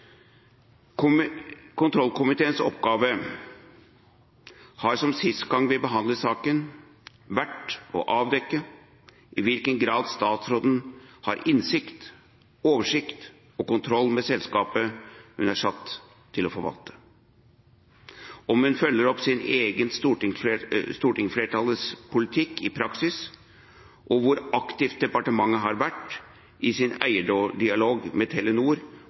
forståelse. Kontrollkomiteens oppgave har, som sist gang vi behandlet saken, vært å avdekke i hvilken grad statsråden har innsikt i, oversikt over og kontroll med selskapet hun er satt til å forvalte, og om hun følger opp sin egen og stortingsflertallets politikk i praksis, og hvor aktivt departementet har vært i sin eierdialog med Telenor